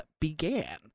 began